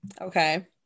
Okay